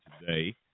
today